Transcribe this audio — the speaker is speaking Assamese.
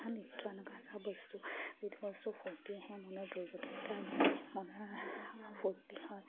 নৃত্য এনেকুৱা এটা বস্তু যিটো বস্তু ফূৰ্তি আহে মনৰ জড়িত মনৰ ফূৰ্তি হয়